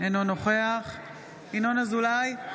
אינו נוכח ינון אזולאי,